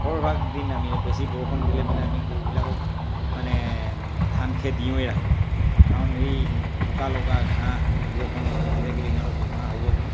সৰহভাগ দিন আমি বেছি বৰষুণ দিলে মানে আমি গৰুবিলাকক মানে ধান খেৰ দিয়ে ৰাখোঁ কাৰণ এই বোকা লগা ঘাঁহ বৰষুণত তিতি থাকিলে সিহঁতৰ বেমাৰ হ'ব বুলি